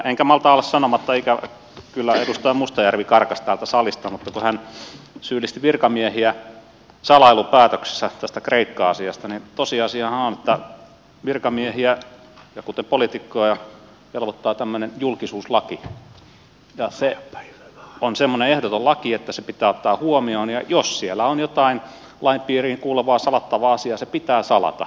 enkä malta olla sanomatta ikävä kyllä edustaja mustajärvi karkasi täältä salista mutta hän syyllisti virkamiehiä salailupäätöksistä tässä kreikka asiassa että tosiasiahan on että virkamiehiä kuten poliitikkoja velvoittaa tämmöinen julkisuuslaki ja se on semmoinen ehdoton laki että se pitää ottaa huomioon ja jos siellä on jotain lain piiriin kuuluvaa salattavaa asiaa se pitää salata